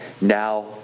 now